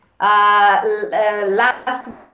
Last